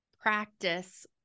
practice